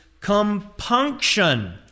compunction